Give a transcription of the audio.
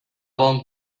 bon